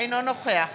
אינו נוכח